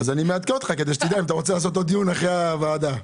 אני מעדכן אותך כדי שתדע אם אתה רוצה לקיים עוד דיון אחרי הדיון הזה.